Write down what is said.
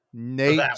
Nate